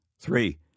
Three